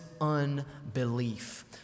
unbelief